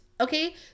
okay